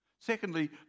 Secondly